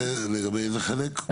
לגבי איזה חלק?